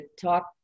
talk